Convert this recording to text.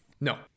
No